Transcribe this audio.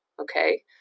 okay